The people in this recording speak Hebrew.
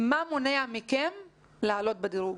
מה מונע מכם לעלות בדירוג?